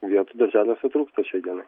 vietų darželiuose trūksta šiai dienai